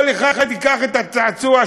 כל אחד ייקח את הצעצוע שלו,